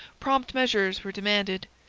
prompt measures were demanded.